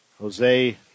Jose